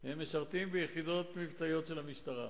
הם משרתים ביחידות מבצעיות של המשטרה.